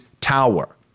tower